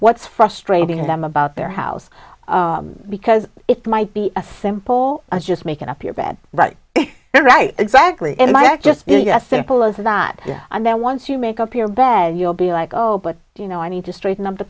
what's frustrating to them about their house because it might be a simple i'm just making up your bed right now right exactly in my act just as simple as that and then once you make up your bed you'll be like oh but you know i need to straighten up the